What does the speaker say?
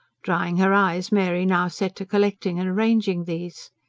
drying her eyes, mary now set to collecting and arranging these.